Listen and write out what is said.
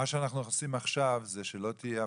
מה שאנחנו עושים עכשיו זה שלא תהיה אפליה.